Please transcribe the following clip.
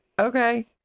okay